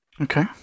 Okay